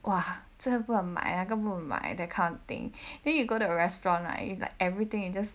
哇这个不可以买那个不可以买 that kind of thing then you go to a restaurant lah it's like everything you just